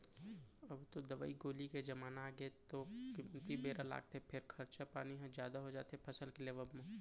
अब तो दवई गोली के जमाना आगे तौ कमती बेरा लागथे फेर खरचा पानी ह जादा हो जाथे फसल के लेवब म